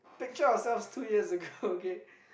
pictures of ourselves two years ago okay